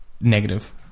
negative